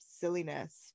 silliness